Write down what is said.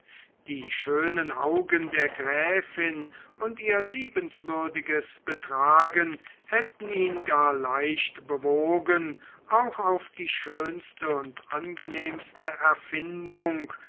die schönen augen der gräfin und ihr liebenswürdiges betragen hätten ihn gar leicht bewogen auch auf die schönste und angenehmste erfindung